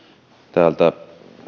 täältä